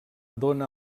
dóna